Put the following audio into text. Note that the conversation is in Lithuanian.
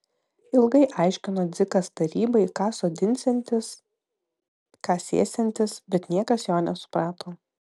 ilgai aiškino dzikas tarybai ką sodinsiantis ką sėsiantis bet niekas jo nesuprato